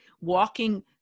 walking